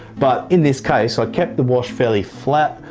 but in this case i kept the wash fairly flat,